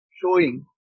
showing